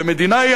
ומדינה היא,